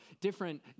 different